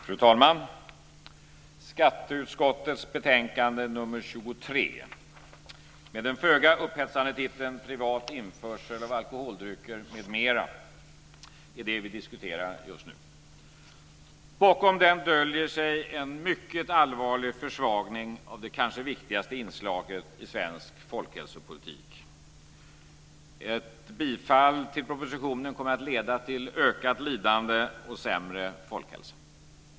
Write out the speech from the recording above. Fru talman! Skatteutskottets betänkande nr 23 med den föga upphetsande titeln Privat införsel av alkoholdrycker, m.m. är det vi diskuterar just nu. Bakom den döljer sig en mycket allvarlig försvagning av det kanske viktigaste inslaget i svensk folkhälsopolitik. Ett bifall till propositionen kommer att leda till ökat lidande och sämre folkhälsa.